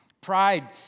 Pride